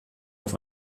auf